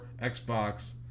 Xbox